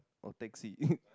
or taxi